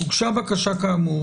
בקשה כאמור,